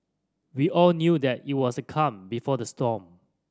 we all knew that it was the calm before the storm